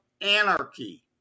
anarchy